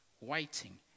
waiting